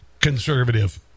conservative